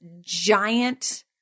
giant